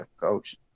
coach